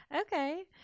Okay